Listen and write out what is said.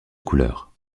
couleur